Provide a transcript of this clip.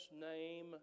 name